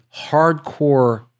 hardcore